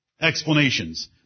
explanations